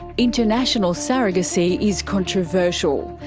international surrogacy is controversial.